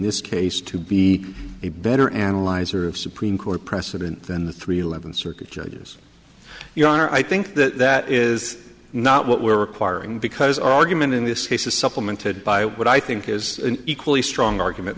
this case to be a better analyzer of supreme court precedent than the three eleventh circuit judges your honor i think that that is not what we're requiring because our argument in this case is supplemented by what i think is an equally strong argument